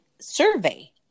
survey